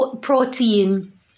protein